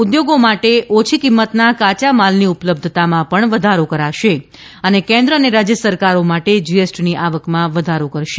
ઉદ્યોગો માટે ઓછી કિંમતના કાયા માલની ઉપલબ્ધતામાં વધારો કરશે અને કેન્દ્ર અને રાજ્ય સરકારો માટે જીએસટીની આવકમાં વધારો કરશે